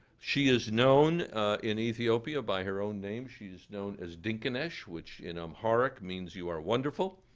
she is known in ethiopia by her own name. she's known as dinknesh, which in amharic means you are wonderful.